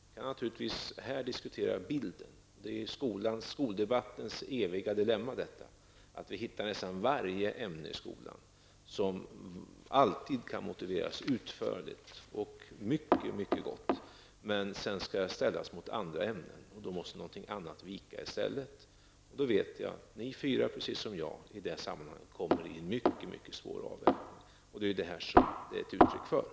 Vi kan naturligtvis diskutera bilden här, men det är skoldebattens eviga dilemma att nästan varje ämne i skolan kan motiveras mycket utförligt, men sedan skall det ställas mot andra ämnen. Då måste någonting annat vika i stället. Då vet jag att ni fyra, precis som jag, kommer i en mycket svår avvägningssituation i det här sammanhanget.